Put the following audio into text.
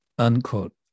unquote